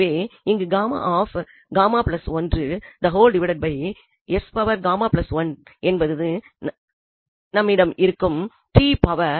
எனவே இங்கு என்பது தான் நம்மிடம் இருக்கும் t பவர்